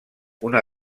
una